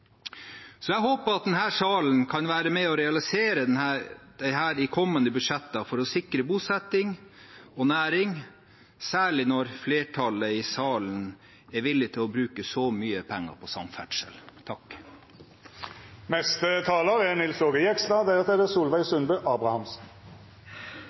salen kan være med på å realisere dette i kommende budsjetter for å sikre bosetting og næring, særlig når flertallet i salen er villige til å bruke så mye penger på samferdsel. E18 Vestkorridoren dreier seg i bunn og grunn om en transformasjon av Bærum. Bærum er